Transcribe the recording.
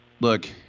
look